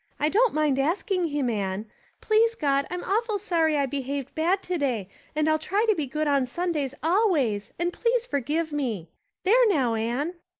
i don't mind asking him, anne please, god, i'm awful sorry i behaved bad today and i'll try to be good on sundays always and please forgive me there now, anne.